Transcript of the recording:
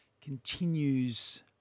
continues